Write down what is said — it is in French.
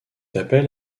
appel